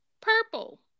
purple